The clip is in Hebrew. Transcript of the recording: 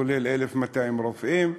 כולל 1,200 רופאים.